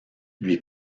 lui